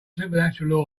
supernatural